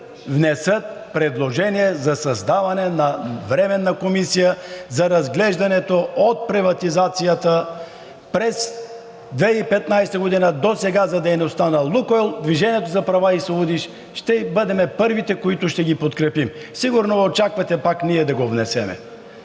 внесат предложение за създаване на временна комисия за разглеждането от приватизацията през 2015 г. до сега за дейността на „Лукойл“. Движението за права и свободи ще бъдем първите, които ще ги подкрепим. Сигурно очаквате пак ние да го внесем.